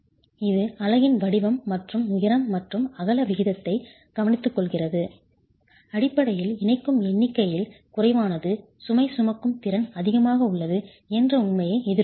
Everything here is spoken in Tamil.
இது அலகின் வடிவம் மற்றும் உயரம் மற்றும் அகல விகிதத்தை கவனித்துக்கொள்கிறது அடிப்படையில் இணைக்கும் எண்ணிக்கையில் குறைவானது சுமை சுமக்கும் திறன் அதிகமாக உள்ளது என்ற உண்மையை எதிரொலிக்கிறது